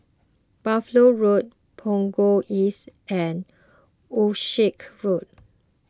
Buffalo Road Punggol East and Wolskel Road